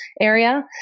area